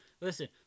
Listen